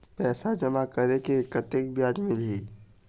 पैसा जमा करे से कतेक ब्याज मिलही?